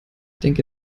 denke